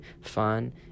fun